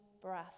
breath